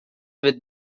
with